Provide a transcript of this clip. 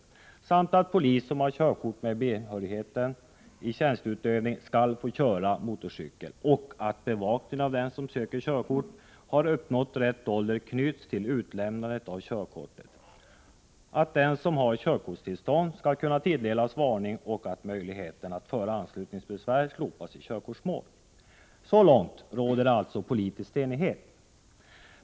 Vidare föreslås att polis som har körkort med behörigheten B i tjänsteutövning skall få köra även motorcykel och att bevakningen av att den som söker körkort har uppnått rätt ålder knyts till utlämnandet av körkortet. Det föreslås också att den som har körkortstillstånd skall kunna tilldelas en varning och att möjligheten att föra anslutningsbesvär slopas i körkortsmål. Om dessa förslag råder alltså politisk enighet.